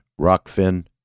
Rockfin